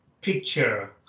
picture